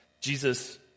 Jesus